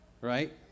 Right